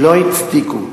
לא הצדיקו,